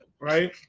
Right